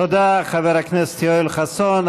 תודה, חבר הכנסת יואל חסון.